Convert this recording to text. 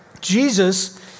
Jesus